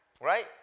Right